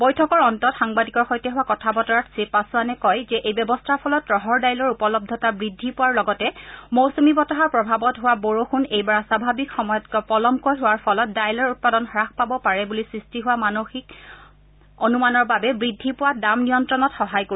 বৈঠকৰ অন্তত সাংবাদিকৰ সৈতে হোৱা কথা বতৰাত শ্ৰীপাছোৱানে কয় যে এই ব্যৱস্থাৰ ফলত ৰহৰ ডাইলৰ উপলৰূতা বৃদ্ধি পোৱাৰ লগতে মৌচুমী বতাহৰ প্ৰভাৱত হোৱা বৰষুণ এইবাৰ স্বাভাৱিক সময়তকৈ পলমকৈ হোৱাৰ ফলত ডাইলৰ উৎপাদন হ্ৰাস পাব পাৰে বুলি সৃষ্টি হোৱা মানসিক অনুমানৰ বাবে বুদ্ধি পোৱা দাম নিয়ন্ত্ৰণত সহায় কৰিব